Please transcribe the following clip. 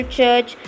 Church